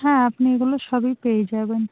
হ্যাঁ আপনি এগুলো সবই পেয়ে যাবেন